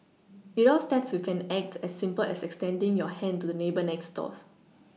it all starts with an act as simple as extending your hand to the neighbour next door